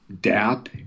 DAP